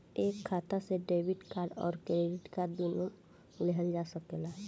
एक खाता से डेबिट कार्ड और क्रेडिट कार्ड दुनु लेहल जा सकेला?